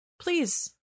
please